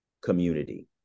community